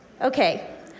Okay